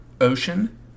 Ocean